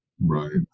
Right